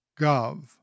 gov